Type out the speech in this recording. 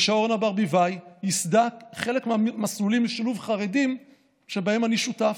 ושאורנה ברביבאי ייסדה חלק מהמסלולים לשילוב חרדים שבהם אני שותף,